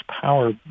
power